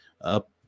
up